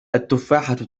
التفاحة